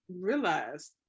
realized